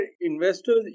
investors